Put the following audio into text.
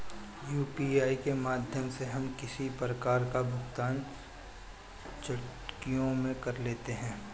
UPI के माध्यम से हम किसी प्रकार का भुगतान चुटकियों में कर लेते हैं